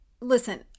Listen